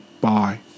Bye